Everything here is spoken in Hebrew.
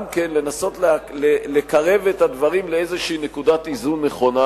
גם לנסות לקרב את הדברים לאיזו נקודת איזון נכונה,